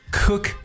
cook